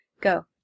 Go